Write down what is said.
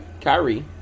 Kyrie